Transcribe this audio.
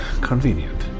convenient